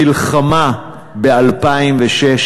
מלחמה ב-2006